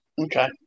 Okay